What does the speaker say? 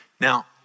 Now